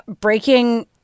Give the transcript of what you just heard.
breaking